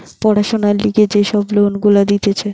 পড়াশোনার লিগে যে সব লোন গুলা দিতেছে